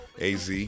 AZ